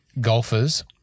golfers